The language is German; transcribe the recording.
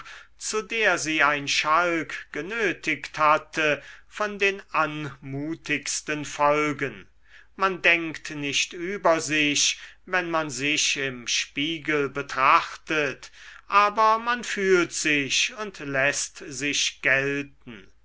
zu der sie ein schalk genötigt hatte von den anmutigsten folgen man denkt nicht über sich wenn man sich im spiegel betrachtet aber man fühlt sich und läßt sich gelten